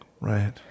Right